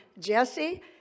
Jesse